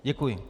Děkuji.